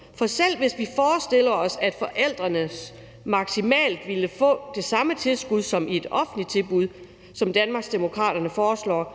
For selv om vi forestiller os, at forældrene maksimalt ville få det samme tilskud som et offentligt tilbud, som Danmarksdemokraterne foreslår,